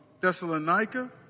Thessalonica